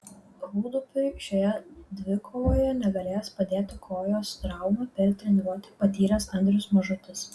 rūdupiui šioje dvikovoje negalės padėti kojos traumą per treniruotę patyręs andrius mažutis